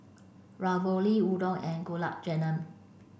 Ravioli Udon and Gulab Jamun